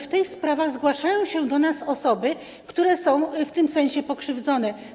W tych sprawach zgłaszają się do nas osoby, które są w tym sensie pokrzywdzone.